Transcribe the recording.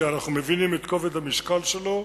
כי אנחנו מבינים את כובד המשקל שלו,